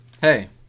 Hey